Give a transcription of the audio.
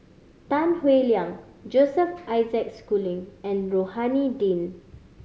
Tan Howe Liang Joseph Isaac Schooling and Rohani Din